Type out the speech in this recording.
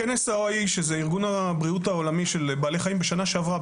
בכנס של ארגון הבריאות העולמי של בעלי החיים בשנה שעברה,